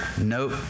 Nope